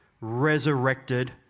resurrected